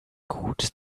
gut